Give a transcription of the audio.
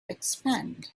expand